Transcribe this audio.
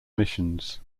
missions